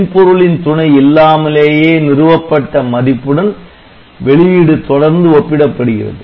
மென்பொருளின் துணை இல்லாமலேயே நிறுவப்பட்ட மதிப்புடன் வெளியீடு தொடர்ந்து ஒப்பிடப்படுகிறது